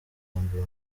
mbere